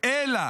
אלא